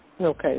Okay